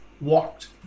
walked